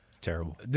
Terrible